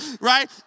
Right